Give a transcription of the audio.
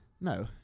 No